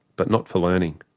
but not for learning.